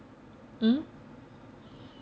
mm